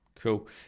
Cool